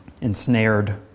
ensnared